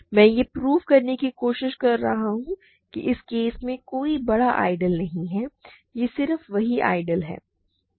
मैं यह प्रूव करने की कोशिश कर रहा हूं कि इस केस में कोई इससे बड़ा आइडियल नहीं है यह सिर्फ वही आइडियल है